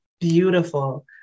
beautiful